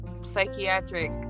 psychiatric